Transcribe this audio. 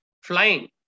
flying